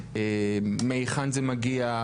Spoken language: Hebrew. מהיכן זה מגיע.